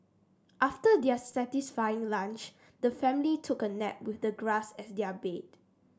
after their satisfying lunch the family took a nap with the grass as their bed